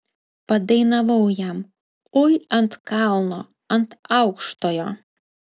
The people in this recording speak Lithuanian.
padainavau jam oi ant kalno ant aukštojo